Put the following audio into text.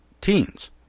teens